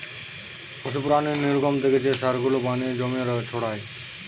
পশু প্রাণীর নির্গমন থেকে যে সার গুলা বানিয়ে জমিতে ছড়ায়